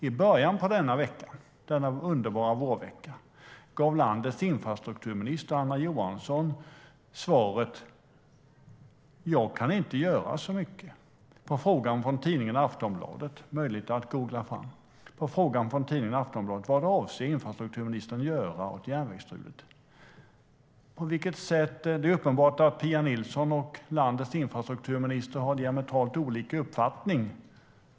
I början på denna underbara vårvecka gav landets infrastrukturminister Anna Johansson svaret: Jag kan inte göra så mycket. Det var hennes svar på frågan från tidningen Aftonbladet - möjligt att googla fram - om vad infrastrukturministern avser att göra åt järnvägsstrulet. Det är uppenbart att Pia Nilsson och landets infrastrukturminister har diametralt olika uppfattning.